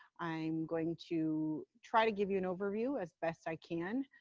i'm going to try to give you an overview as best i can.